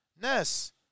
Ness